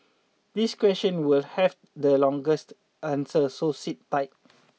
this question will have the longest answer so sit tight